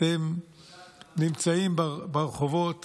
אתם נמצאים ברחובות